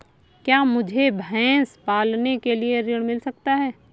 क्या मुझे भैंस पालने के लिए ऋण मिल सकता है?